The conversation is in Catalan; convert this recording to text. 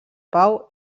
pau